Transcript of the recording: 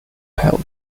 have